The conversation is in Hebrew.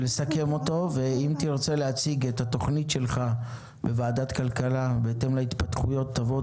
אם תרצה להציג את התוכנית שלך בוועדת כלכלה בהתאם להתפתחויות תבוא,